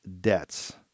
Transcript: debts